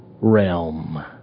realm